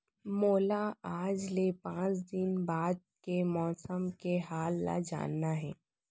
मोला आज ले पाँच दिन बाद के मौसम के हाल ल जानना हे?